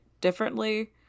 differently